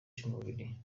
cy’umubiri